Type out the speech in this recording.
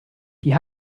die